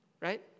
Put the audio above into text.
Right